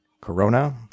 Corona